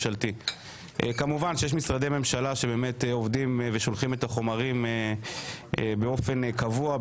כמובן שיש משרדי ממשלה שעובדים ושולחים את החומרים באופן קבוע,